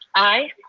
aye.